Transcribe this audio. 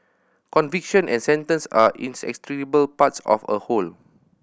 conviction and sentence are inextricable parts of a whole